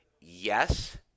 yes